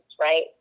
right